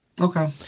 okay